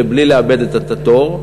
בלי לאבד את התור.